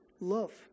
love